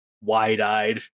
wide-eyed